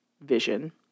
vision